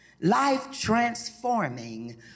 life-transforming